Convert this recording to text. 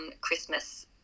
Christmas